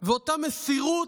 ואותה המסירות,